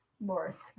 Boris